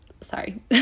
sorry